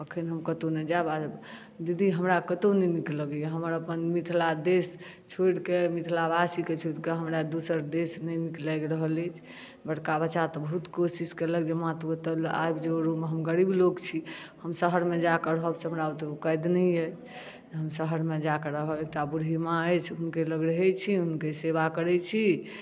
अखन हम कतौ नहि जाएब आ दीदी हमरा कतौ नहि नीक लगैया हमर अपन मिथिला देश छोड़ि कऽ मिथिला वासी के छोड़ि कऽ हमरा दोसर देश नहि नीक लागि रहल अछि बड़का बच्चा तऽ बहुत कोशिश केलक जे माँ तू एतय आबि जो हम गरीब लोक छी हम शहर मे जाकए रहब से हमरा ओतए औकात नहि अछि हम शहर मे जाकए रहब एकटा बूढी माँ अछि हुनके लग रहै छी हुनके सेवा करै छी